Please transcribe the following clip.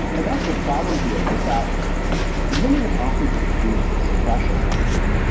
and and that's the problem here, is that you don't even have to do suppression right now.